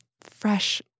fresh